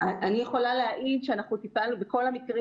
אני יכולה להעיד שאנחנו טיפלנו בכל המקרים